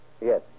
Yes